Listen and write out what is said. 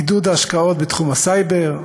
עידוד ההשקעות בתחום הסייבר,